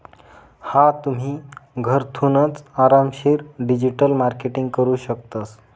हा तुम्ही, घरथूनच आरामशीर डिजिटल मार्केटिंग करू शकतस